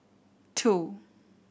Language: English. two